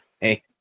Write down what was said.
hey